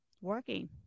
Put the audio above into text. working